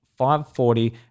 540